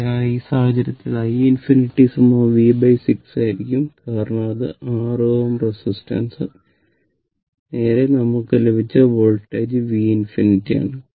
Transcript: അതിനാൽ ഈ സാഹചര്യത്തിൽ i∞ v6 ആയിരിക്കും കാരണം ആ 6 Ω റസിസ്റ്റൻസ് നേരെ നമ്മൾക്ക് ലഭിച്ച വോൾട്ടേജ് v∞ ആണ്